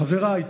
חבריי.